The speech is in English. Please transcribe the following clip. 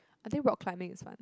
I think rock climbing is fun